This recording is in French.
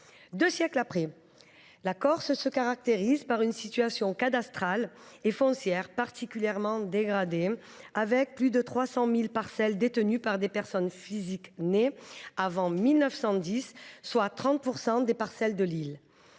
deux siècles plus tard, la Corse se caractérise par une situation cadastrale et foncière particulièrement dégradée. Ainsi, plus de 300 000 parcelles sont détenues par des personnes physiques nées avant 1910, soit 30 % des parcelles de l’île.